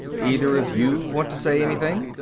either of you want to say anything?